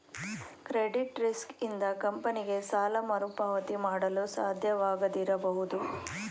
credit risk ಇಂದ ಕಂಪನಿಗೆ ಸಾಲ ಮರುಪಾವತಿ ಮಾಡಲು ಸಾಧ್ಯವಾಗದಿರಬಹುದು